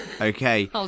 Okay